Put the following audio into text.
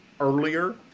earlier